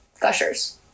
Gushers